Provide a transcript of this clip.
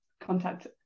contact